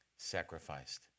Sacrificed